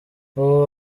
ubu